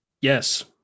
Yes